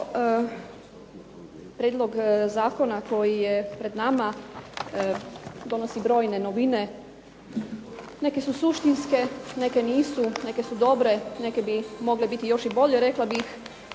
Evo Prijedlog zakona koji je pred nama donosi brojne novine, neke su suštinske neke nisu, neke su dobre, neke bi mogle biti još i bolje rekla bih,